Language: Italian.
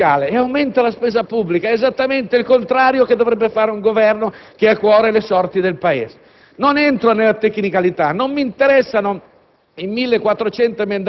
che aumenta la pressione fiscale e la spesa pubblica è esattamente il contrario di quello che dovrebbe fare un Governo che ha a cuore le sorti del Paese. Non entro nelle tecnicalità, non mi interessano